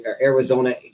Arizona